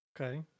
Okay